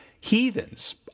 heathens